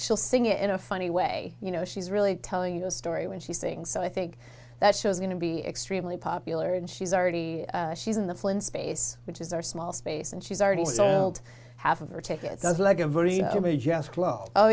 she'll sing it in a funny way you know she's really telling you a story when she sings so i think that show's going to be extremely popular and she's already she's in the flynn space which is our small space and she's already sold half of her tickets does like